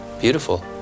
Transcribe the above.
Beautiful